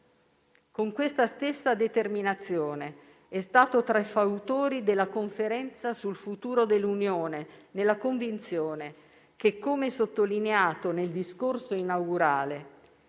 Con questa stessa determinazione è stato tra i fautori della conferenza sul futuro dell'Unione nella convinzione che, come sottolineato nel discorso inaugurale,